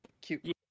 Cute